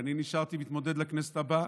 ואני נשארתי להתמודד לכנסת הבאה,